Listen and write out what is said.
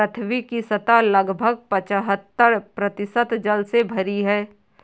पृथ्वी की सतह लगभग पचहत्तर प्रतिशत जल से भरी है